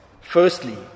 Firstly